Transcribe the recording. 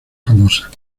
famosa